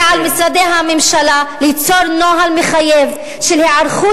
כי על משרדי הממשלה ליצור נוהל מחייב של היערכות